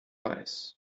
weiß